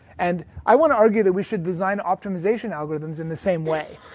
and i want to argue that we should design optimization algorithms in the same way,